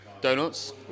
donuts